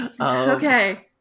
Okay